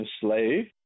slave